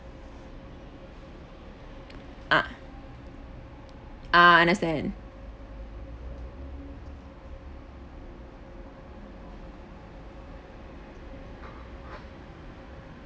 ah ah understand